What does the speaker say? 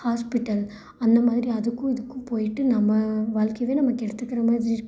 hospital அந்த மாதிரி அதுக்கும் இதுக்கும் போய்ட்டு நம்ம வாழ்க்கையவே நம்ம கெடுத்துக்கிற மாதிரி இருக்குது